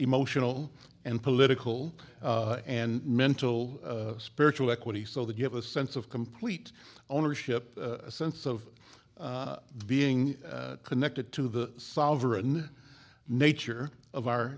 emotional and political and mental spiritual equity so that you have a sense of complete ownership a sense of being connected to the solver and nature of our